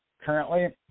Currently